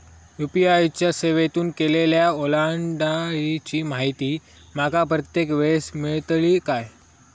UPI च्या सेवेतून केलेल्या ओलांडाळीची माहिती माका प्रत्येक वेळेस मेलतळी काय?